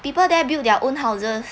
people there build their own houses